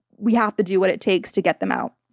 we have to do what it takes to get them out.